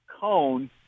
cone